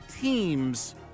teams